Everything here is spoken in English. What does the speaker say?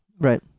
right